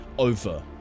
over